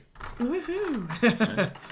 woohoo